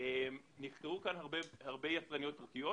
נבחרו פה הרבה יצרניות פרטיות.